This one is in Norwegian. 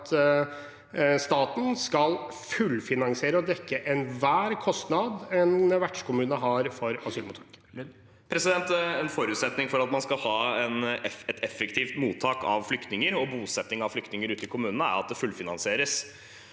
at staten skal fullfinansiere og dekke enhver kostnad en vertskommune har på asylmottak. Tobias Drevland Lund (R) En forutset- ning for at man skal ha et effektivt mottak av flyktninger og bosetting av flyktninger ute i kommunene, er at det fullfinansieres.